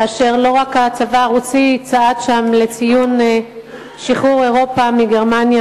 כאשר לא רק הצבא הרוסי צעד שם לציון שחרור אירופה מגרמניה